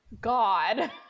God